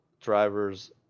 drivers